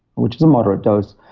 which is a moderate dose.